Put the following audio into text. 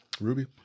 Ruby